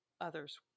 others